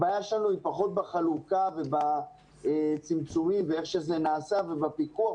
הבעיה שלנו היא פחות בחלוקה ובצמצומים ובאיך שזה נעשה ובפיקוח.